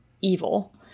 evil